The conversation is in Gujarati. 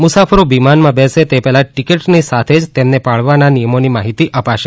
મુસાફરો વિમાનમાં બેસે તે પહેલા ટિકિટની સાથે જ તેમણે પાળવાના નિયમોની માહિતી અપાશે